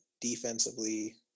defensively